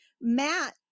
Matt